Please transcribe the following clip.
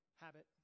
habit